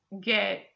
get